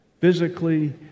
physically